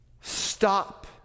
Stop